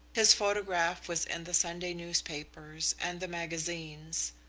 his photograph was in the sunday newspapers and the magazines.